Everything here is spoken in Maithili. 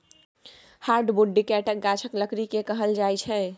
हार्डबुड डिकौटक गाछक लकड़ी केँ कहल जाइ छै